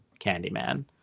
Candyman